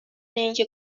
اینکه